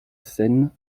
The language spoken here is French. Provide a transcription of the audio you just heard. scène